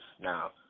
now